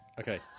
Okay